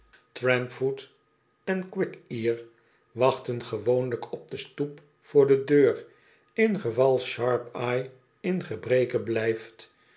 quickear wachten gewoonlijk op de stoep voor de deur ingeval sharpeye in gebreke blijft